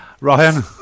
Ryan